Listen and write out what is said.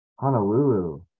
Honolulu